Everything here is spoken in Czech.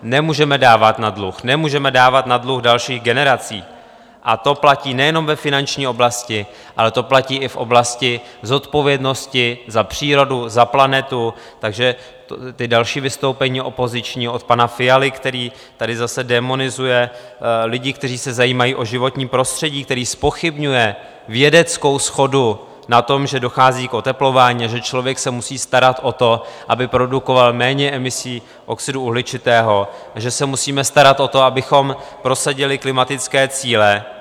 Nemůžeme dávat na dluh, nemůžeme dávat na dluh dalších generací, a to platí nejenom ve finanční oblasti, ale to platí i v oblasti zodpovědnosti za přírodu, za planetu, takže ta další vystoupení opoziční od pana Fialy, který tady zase démonizuje lidi, kteří se zajímají o životní prostředí, který zpochybňuje vědeckou shodu na tom, že dochází k oteplování, že člověk se musí starat o to, aby produkoval méně emisí oxidu uhličitého a že se musíme starat o to, abychom prosadili klimatické cíle...